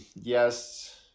yes